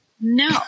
No